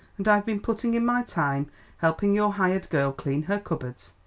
and i've been putting in my time helping your hired girl clean her cupboards.